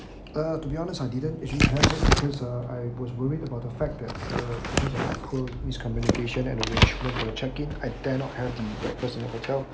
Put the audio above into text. uh to be honest I didn't actually I was worried about the fact that uh miscommunication and arrangements for the check in I dare not have the breakfast in the hotel